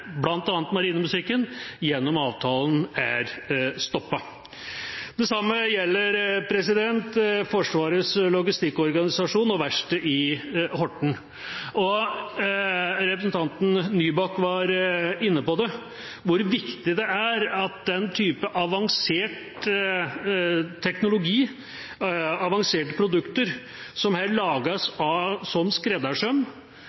marinemusikken gjennom avtalen, er stoppet. Det samme gjelder Forsvarets logistikkorganisasjon og verkstedet i Horten. Representanten Nybakk var inne på hvor viktig det er for vår forsvarsevne at den typen avansert teknologi, avanserte produkter, her lages som